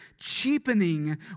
cheapening